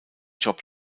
job